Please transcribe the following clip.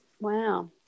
Wow